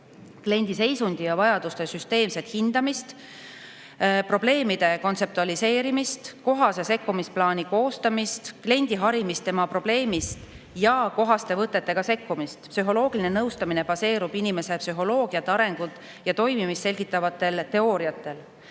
kliendi seisundi ja vajaduste süsteemset hindamist, probleemide kontseptualiseerimist, kohase sekkumisplaani koostamist, kliendi harimist tema probleemi kohta ja kohaste võtetega sekkumist. Psühholoogiline nõustamine baseerub inimese psühholoogiat, arengut ja toimimist selgitavatel teooriatel.